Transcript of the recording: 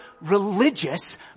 religious